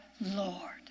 Lord